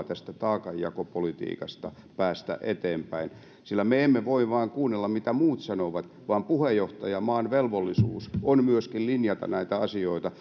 tästä taakanjakopolitiikasta päästä eteenpäin me emme voi vain kuunnella mitä muut sanovat vaan puheenjohtajamaan velvollisuus on myöskin linjata näitä asioita